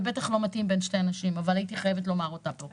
ובטח לא מתאימה בין שתי נשים אבל הייתי חייבת לומר אותה פה.